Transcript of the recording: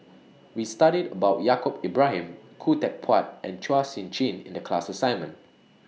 We studied about Yaacob Ibrahim Khoo Teck Puat and Chua Sian Chin in The class assignment